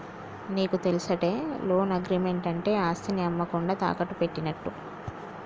నీకు తెలుసటే, loan agreement అంటే ఆస్తిని అమ్మకుండా తాకట్టు పెట్టినట్టు